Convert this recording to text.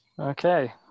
Okay